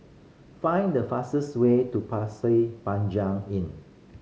find the fastest way to Pasir Panjang Inn